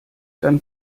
dann